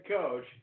coach